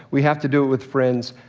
we have to do it with friends.